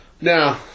Now